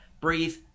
breathe